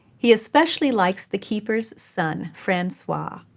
he especially likes the keeper's son, francois.